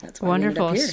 Wonderful